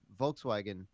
Volkswagen